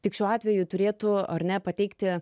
tik šiuo atveju turėtų ar ne pateikti